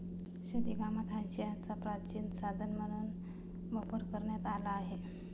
शेतीकामात हांशियाचा प्राचीन साधन म्हणून वापर करण्यात आला आहे